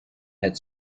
had